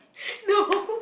no